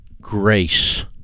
grace